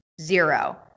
zero